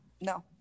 No